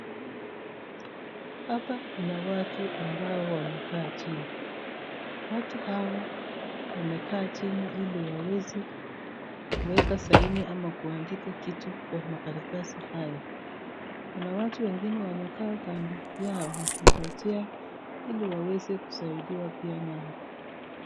Hapa kuna watu ambao wamekaa chini, watu hawa wamekaa chini ili waweze kuweka saini ama kuandika kitu kwa karatsi hayo, kuna watu wengine wamekaa kando yao wakingojea ili waweze kusaidiwa pia nao.